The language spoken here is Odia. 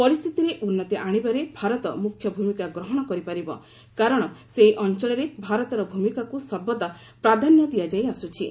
ପରିସ୍ଥିତିରେ ଉନ୍ନତି ଆଣିବାରେ ଭାରତ ମୁଖ୍ୟ ଭୂମିକା ଗ୍ରହଣ କରିପାରିବ କାରଣ ସେହି ଅଞ୍ଚଳରେ ଭାରତର ଭୂମିକାକୁ ସର୍ବଦା ପ୍ରାଧାନ୍ୟ ଦିଆଯାଇଆସ୍କ୍ଥି